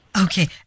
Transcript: Okay